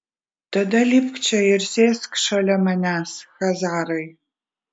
tada lipk čia ir sėsk šalia manęs chazarai